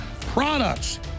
products